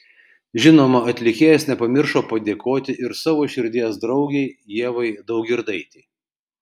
žinoma atlikėjas nepamiršo padėkoti ir savo širdies draugei ievai daugirdaitei